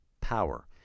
power